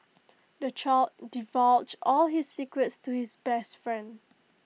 the child divulged all his secrets to his best friend